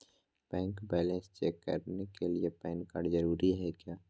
Bank balance check करने के लिए पैन कार्ड जरूरी है क्या?